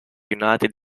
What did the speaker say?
united